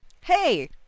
Hey